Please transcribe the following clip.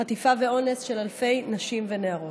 חטיפה ואונס של אלפי נשים ונערות.